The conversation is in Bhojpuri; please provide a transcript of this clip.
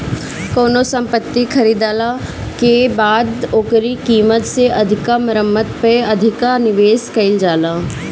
कवनो संपत्ति खरीदाला के बाद ओकरी कीमत से अधिका मरम्मत पअ अधिका निवेश कईल जाला